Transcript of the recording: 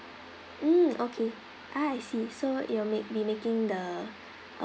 mm okay ah I see so you will make be making the